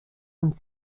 und